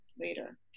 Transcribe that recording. later